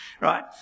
right